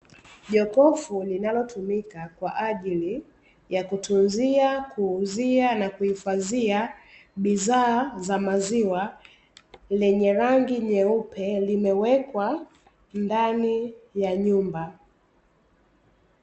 Jokofu linalotumika kwajili ya kutunzia, kuuzia bidhaa za maziwa lenye rangi nyeupe limewekwa ndani ya nyumba.